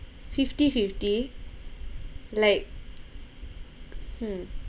fifty fifty like hmm